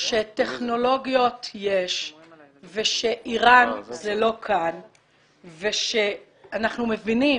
שטכנולוגיות יש ושאיראן זה לא כאן ושאנחנו מבינים